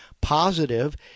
positive